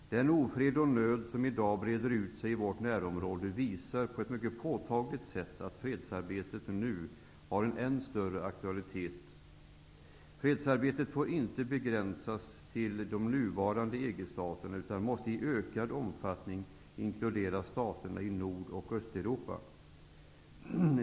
Den ofred och nöd som i dag breder ut sig i vårt närområde visat på ett mycket påtagligt sätt att fredsarbetet nu har en än större aktualitet. Fredsarbetet får inte begränsas till de nuvarande EG-staterna utan måste i ökad omfattning inkludera staterna i Nord och Östeuropa.